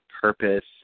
purpose